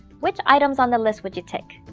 which items on the list would you tick?